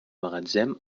magatzem